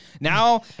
Now